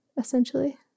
essentially